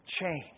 Change